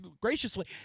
graciously